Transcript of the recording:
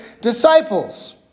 disciples